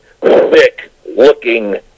thick-looking